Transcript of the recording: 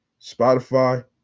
Spotify